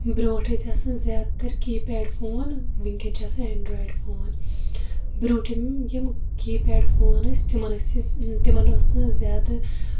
برونٹھ ٲسۍ آسان زیادٕ تر کیپیڈ فون وٕنکیٚن چھِ آسان ایٚنڑرایِڈ فون بروٹھِم یِم کیپیڈ فون ٲسۍ تِمن ٲسۍ أسۍ تِمن اوس نہٕ زیادٕ